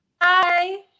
Hi